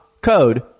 code